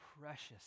precious